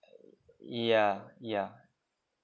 yeah yeah